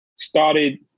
started